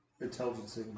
Intelligence